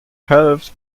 helft